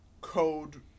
code